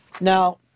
now